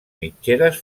mitgeres